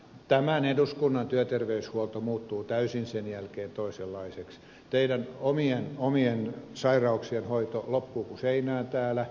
tämä eduskunnan työterveyshuolto muuttuu sen jälkeen täysin toisenlaiseksi teidän omien sairauksienne hoito loppuu kuin seinään täällä